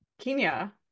Kenya